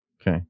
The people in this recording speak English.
Okay